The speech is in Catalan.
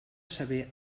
saber